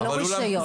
ללא רישיון.